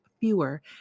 fewer